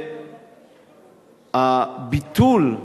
והביטול,